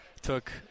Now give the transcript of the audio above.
took